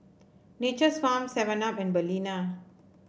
Nature's Farm Seven Up and Balina